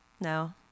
no